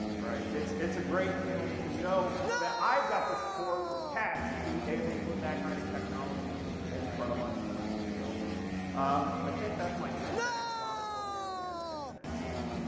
right? it's it's a great feeling to know that i've got the support from cats to be able to put that kind of technology in front of my students, so um i think that's my ten minutes. rhonda told me i only had ten minutes, so.